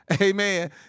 Amen